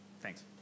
thanks